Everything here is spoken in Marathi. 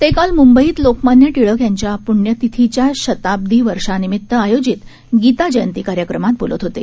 तेकालमंबईतलोकमान्यटिळकयांच्याप्ण्यतिथीच्याशताब्दीवर्षानिमितआयोजितगीताजयंतीकार्यक्रमातबो लतहोते